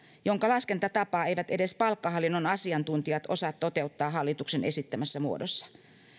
jonka laskentatapaa eivät edes palkkahallinnon asiantuntijat osaa toteuttaa hallituksen esittämässä muodossa